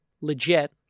legit